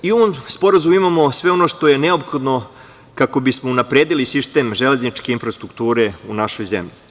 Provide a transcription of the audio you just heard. U ovom sporazumu imamo sve ono što je neophodno kako bismo unapredili sistem železničke infrastrukture u našoj zemlji.